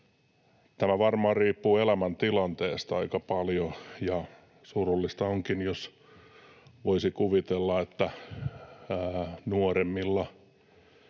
Tämä varmaan riippuu elämäntilanteesta aika paljon, ja surullista onkin, jos... Voisi kuvitella, että nuoremmilla